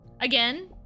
Again